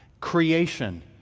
creation